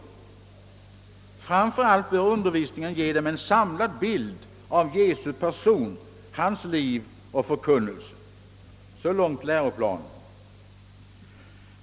——— Framför allt bör undervisningen ge dem en samlad bild av Jesu person, hans liv och förkunnelse.» Så långt läroplanen.